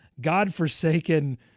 godforsaken